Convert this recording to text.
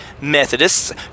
Methodists